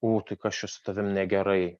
ū kas čia su tavim negerai